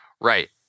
Right